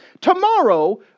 Tomorrow